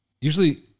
Usually